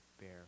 bear